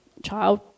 child